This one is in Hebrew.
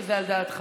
וזה על דעתך.